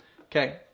Okay